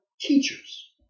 teachers